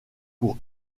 pour